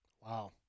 Wow